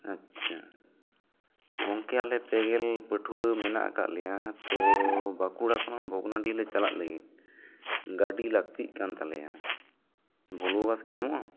ᱟᱪᱪᱷᱟ ᱜᱚᱢᱠᱮ ᱟᱞᱮ ᱯᱮ ᱜᱮᱞ ᱯᱟᱹᱴᱷᱩᱭᱟᱹ ᱢᱮᱱᱟᱜ ᱟᱠᱟᱫ ᱞᱮᱭᱟ ᱛᱚ ᱵᱟᱸᱠᱩᱲᱟ ᱠᱷᱚᱱ ᱵᱷᱚᱜᱱᱟᱰᱤ ᱪᱟᱞᱟᱜ ᱞᱟᱹᱜᱤᱫ ᱜᱟᱹᱰᱤ ᱞᱟᱹᱠᱛᱤᱜ ᱠᱟᱱ ᱛᱟᱞᱮᱭᱟ ᱵᱷᱳᱞᱵᱳ ᱵᱟᱥ ᱠᱤ ᱧᱟᱢᱚᱜᱼᱟ